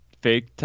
fake